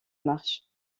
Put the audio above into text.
marche